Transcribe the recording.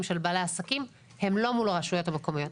של בעלי העסקים הם לא מול הרשויות המקומיות.